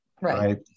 right